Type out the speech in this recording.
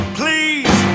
please